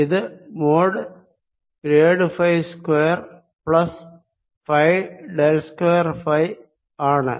ഇത് mod grad phi square plus phi del square phi ആണ്